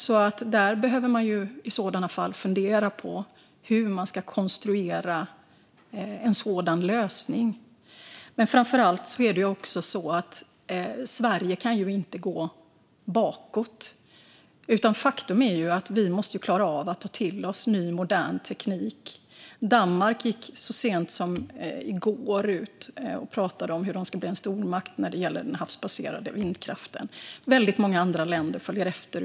Man behöver i så fall fundera på hur man ska konstruera en sådan lösning. Framför allt är det också så att Sverige inte kan gå bakåt. Faktum är att vi måste klara av att ta till oss ny, modern teknik. Danmark gick så sent som i går ut och pratade om hur de ska bli en stormakt när det gäller den havsbaserade vindkraften. Väldigt många andra länder följer efter.